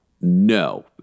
no